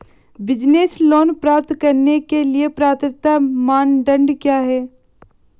Business loan प्राप्त करने के लिए पात्रता मानदंड क्या हैं?